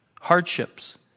hardships